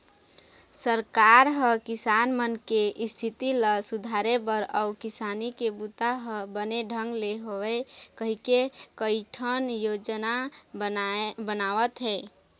सरकार ह किसान मन के इस्थिति ल सुधारे बर अउ किसानी के बूता ह बने ढंग ले होवय कहिके कइठन योजना बनावत हे